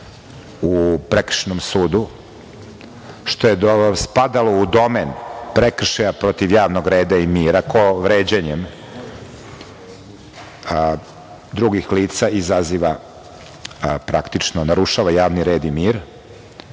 u Prekršajnom sudu što je spadalo u domen prekršaja protiv javnog reda i mira, ko vređanjem drugih lica izaziva, praktično narušava javni red i mir